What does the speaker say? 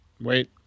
wait